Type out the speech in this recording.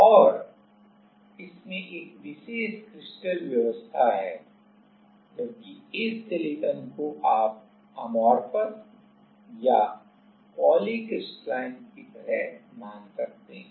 और इसमें एक विशेष क्रिस्टल व्यवस्था है जबकि इस सिलिकॉन को आप अमोर्फोस या पॉलीक्रिस्टलाइन की तरह मान सकते हैं